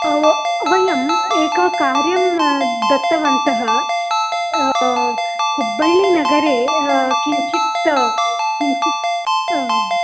वयम् एकं कार्यं दत्तवन्तः हुब्बल्लिनगरे किञ्चित् किञ्चित्